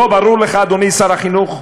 לא ברור לך, אדוני שר החינוך?